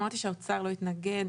אמרתי שהאוצר לא יתנגד.